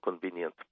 convenient